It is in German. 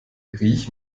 riech